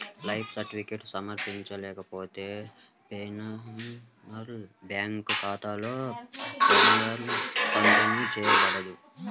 life certificate సమర్పించకపోతే, pensioner bank ఖాతాలో pension పంపిణీ చేయబడదు